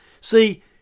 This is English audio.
See